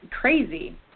crazy